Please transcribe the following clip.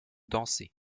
danser